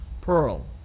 pearl